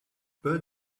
bird